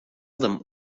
them